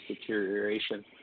deterioration